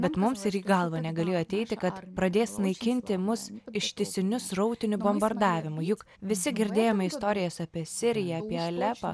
bet mums ir į galvą negalėjo ateiti kad pradės naikinti mus ištisiniu srautiniu bombardavimu juk visi girdėjome istorijas apie siriją apie alepą